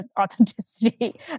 authenticity